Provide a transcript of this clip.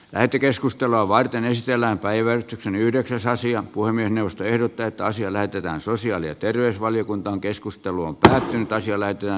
lähetekeskustelua varten esitellään päivän yhdeksäs asiat poimien jaosto ehdottaa että asia lähetetään sosiaali ja terveysvaliokuntaan keskustelua tähdentäisi eläytyä